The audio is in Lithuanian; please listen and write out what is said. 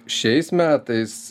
šiais metais